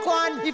one